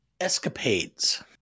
escapades